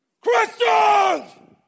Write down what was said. Christians